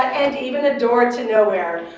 and even a door to nowhere.